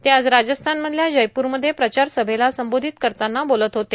ते आज राजस्थानमधल्या जयपूरमध्ये प्रचारसभेला संबोधित करतांना बोलत होते